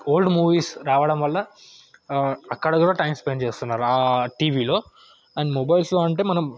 old movies రావడం వల్ల అక్కడ కూడా టైమ్ స్పెండ్ చేస్తున్నారు ఆ టీవీలో అండ్ మొబైల్స్లో అంటే మనం